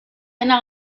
dena